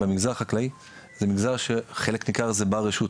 המגזר החקלאי זה מגזר שחלק ניכר זה ברשות,